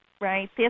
right